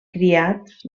criats